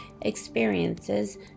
experiences